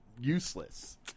Useless